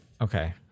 Okay